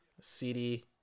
CD